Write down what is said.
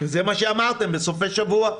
זה מה שאמרתם בסופי שבוע,